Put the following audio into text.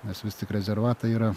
nes vis tik rezervatai yra